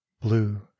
blue